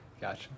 Gotcha